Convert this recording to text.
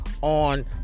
On